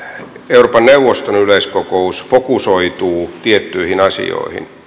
euroopan neuvoston yleiskokous fokusoituu tiettyihin asioihin